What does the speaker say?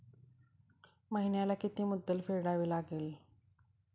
महिन्याला किती मुद्दल फेडावी लागेल?